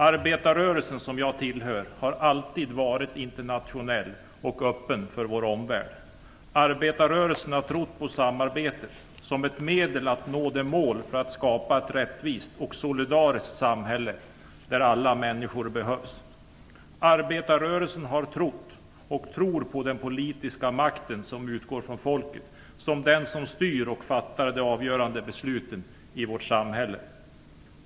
Arbetarrörelsen, som jag tillhör, har alltid varit internationell och öppen för vår omvärld. Arbetarrörelsen har trott på samarbetet som ett medel att nå målen för att skapa ett rättvist och solidariskt samhälle där alla människor behövs. Arbetarrörelsen har trott, och tror, på den politiska makten, vilken utgår från folket, som den som styr och fattar de avgörande besluten i vårt samhälle.